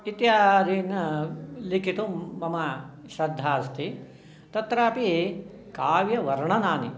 इत्यादीन् लेखितुं मम श्रद्धा अस्ति तत्रापि काव्यवर्णनानि